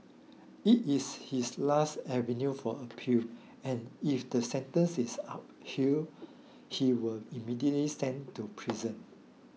it is his last avenue for appeal and if the sentence is upheld he will immediately sent to prison